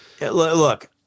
Look